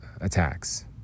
attacks